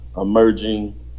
emerging